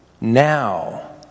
now